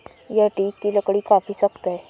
यह टीक की लकड़ी काफी सख्त है